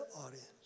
audience